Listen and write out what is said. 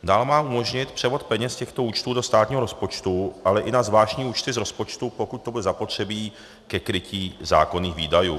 Dál má umožnit převod peněz z těchto účtů do státního rozpočtu, ale i na zvláštní účty z rozpočtu, pokud to bude zapotřebí ke krytí zákonných výdajů.